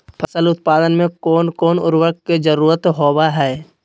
फसल उत्पादन में कोन कोन उर्वरक के जरुरत होवय हैय?